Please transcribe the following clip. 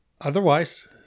Otherwise